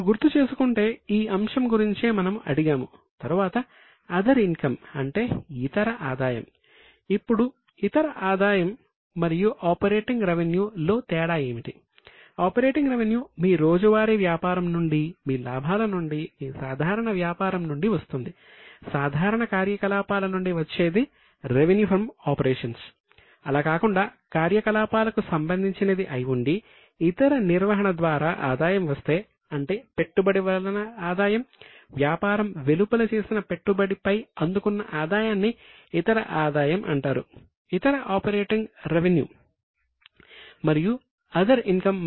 మీరు గుర్తు చేసుకుంటే ఈ అంశం గురించే మనము అడిగాము తరువాత అదర్ ఇన్కమ్ మధ్య వ్యత్యాసం ఇది